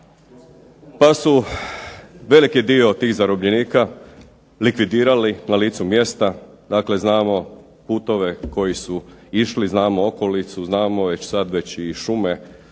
pa su veliki dio tih zarobljenika likvidirali na licu mjesta, dakle znamo putove koji su išli, znamo okolicu, znamo sad već i šume